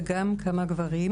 וגם כמה גברים,